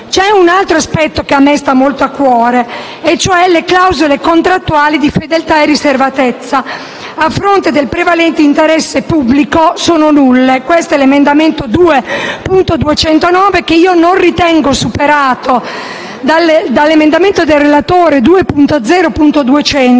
Un altro aspetto che mi sta molto a cuore riguarda le clausole contrattuali di fedeltà e riservatezza. A fronte del prevalente interesse pubblico, sono nulle. Questo è il contenuto dell'emendamento 2.209 che io non ritengo superato dall'emendamento del relatore 2.0.200